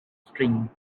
string